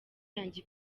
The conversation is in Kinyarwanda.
yanjye